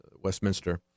Westminster